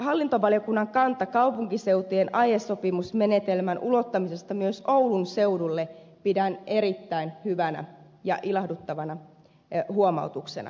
hallintovaliokunnan kanta kaupunkiseutujen aiesopimusmenetelmän ulottamisesta myös oulun seudulle pidän erittäin hyvänä ja ilahduttavana huomautuksena